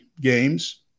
games